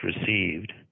received